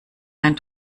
ein